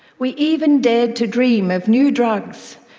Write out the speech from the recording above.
we even dared to dream of new drugs,